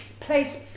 place